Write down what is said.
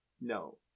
No